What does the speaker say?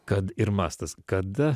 kad ir mastas kada